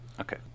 Okay